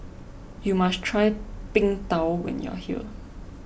you must try Png Tao when you are here